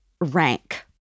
rank